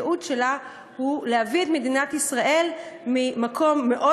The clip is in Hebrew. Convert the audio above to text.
הייעוד שלה הוא להביא את מדינת ישראל ממקום מאוד